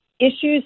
issues